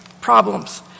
problems